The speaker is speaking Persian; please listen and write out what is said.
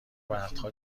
وقتها